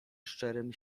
szczerym